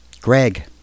Greg